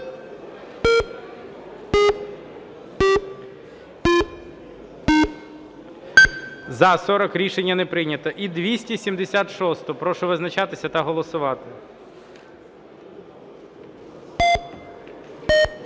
За-40 Рішення не прийнято. І 276-у. Прошу визначатися та голосувати.